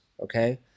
Okay